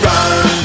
Run